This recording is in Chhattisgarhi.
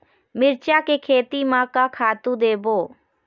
मिरचा के खेती म का खातू देबो?